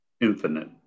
infinite